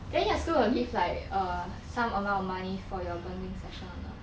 then your school got give like err some amount of money for your bonding session or not